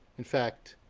in fact,